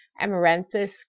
amaranthus